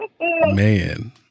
Man